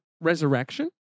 Resurrection